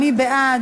מי בעד?